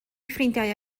ffrindiau